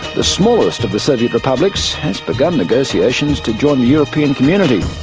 the smallest of the soviet republics, has begun negotiations to join the european community.